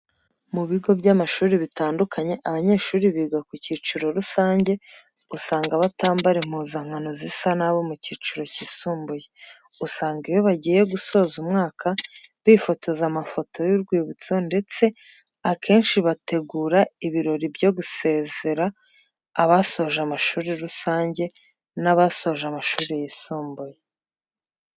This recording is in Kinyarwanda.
Mu bigo by'amashuri bitandukanye abanyeshuri biga mu kiciro rusanjye usanga batambara impuzankano zisa nabo mu cyiciro cyisumbuye. Usanga iyo bajyiye gusoza umwaka bifotoza amafoto y'urwibutso ndetse akenci bategura ibirori byo gusezera abasoje amashuri rusanjye n'abasoje amashuri yisumbuye.